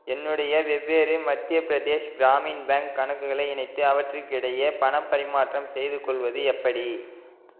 என்னுடைய வெவ்வேறு மத்திய பிரதேஷ் கிராமின் பேங்க் கணக்குகளை இணைத்து அவற்றிக்கிடையே பணம் பரிமாற்றம் செய்துக்கொள்வது எப்படி